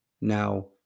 Now